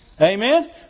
Amen